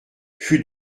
fut